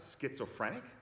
schizophrenic